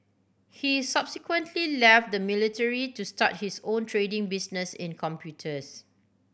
he subsequently left the military to start his own trading business in computers